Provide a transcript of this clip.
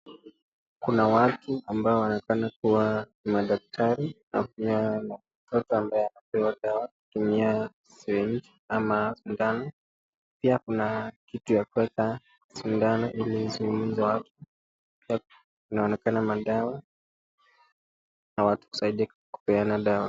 Ninaona mtoto kwa msitu. Karibu na mama anaitwa ng'ombe. Ng'ombe mmoja ameketi chini, ng'ombe wa pili anasimama, mwingine amesimama karibu na huyo anaitwa ng'ombe. Na kando yao kuna watoto wadogo wawili ambao wamejifunika, na waliletewa ama walitembelewa ya kunywa.